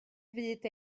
fyd